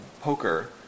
poker